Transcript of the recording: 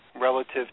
relative